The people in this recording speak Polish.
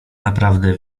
naprawdę